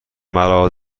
مرا